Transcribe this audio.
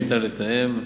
שניתן לתאם.